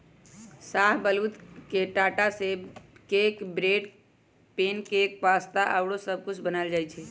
शाहबलूत के टा से cake, bread, pancake, pasta आउरो सब कुछ बनायल जाइ छइ